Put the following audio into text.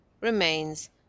remains